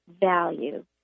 value